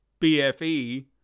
BFE